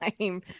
time